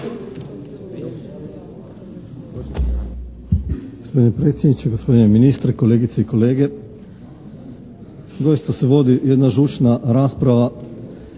Hvala.